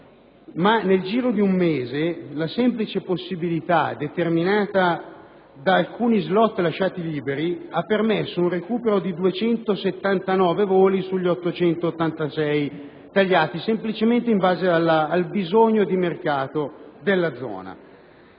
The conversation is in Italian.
Ma nel giro di un mese la semplice possibilità determinata da alcuni *slot* lasciati liberi ha permesso un recupero di 279 voli sugli 886, tagliati semplicemente in spregio alle necessità di mercato della zona.